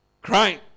Crying